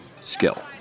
skill